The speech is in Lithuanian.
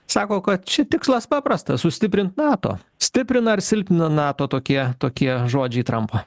sako kad čia tikslas paprastas sustiprint nato stiprina ir silpnina nato tokie tokie žodžiai trampo